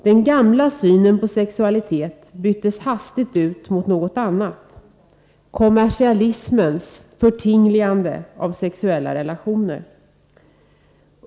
Den gamla synen på sexualitet byttes hastigt ut mot något annat: kommersialismens förtingligande av sexuella relationer.